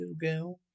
girl